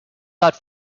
that